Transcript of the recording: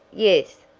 yes,